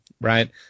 right